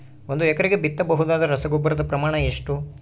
ಒಂದು ಎಕರೆಗೆ ಬಿತ್ತಬಹುದಾದ ರಸಗೊಬ್ಬರದ ಪ್ರಮಾಣ ಎಷ್ಟು?